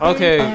Okay